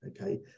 okay